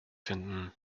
finden